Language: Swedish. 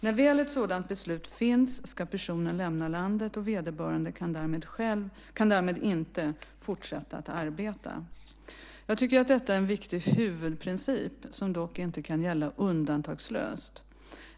När väl ett sådant beslut finns ska personen lämna landet och vederbörande kan därmed inte fortsätta arbeta. Jag tycker detta är en viktig huvudprincip, som dock inte kan gälla undantagslöst.